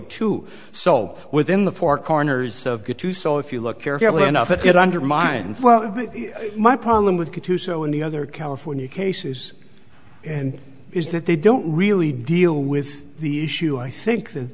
two so within the four corners of the two so if you look carefully enough it undermines my problem with q two so any other california cases and is that they don't really deal with the issue i think that